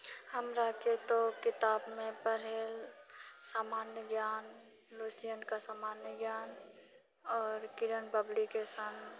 हमराके तऽ किताबमे पढ़ैत सामान्य ज्ञान लुसेंटके सामान्य ज्ञान आओर किरण पब्लिकेशन